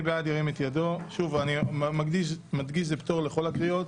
הקדמת הדיון בכל הקריאות